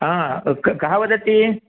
कः वदति